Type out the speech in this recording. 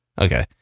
Okay